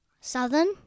Southern